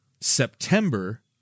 September